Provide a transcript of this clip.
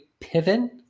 Piven